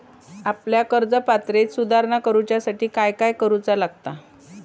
आपल्या कर्ज पात्रतेत सुधारणा करुच्यासाठी काय काय करूचा लागता?